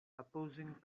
opposing